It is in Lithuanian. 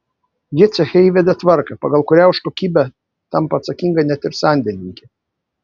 ji ceche įvedė tvarką pagal kurią už kokybę tampa atsakinga net ir sandėlininkė